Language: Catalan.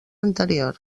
anterior